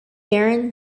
barren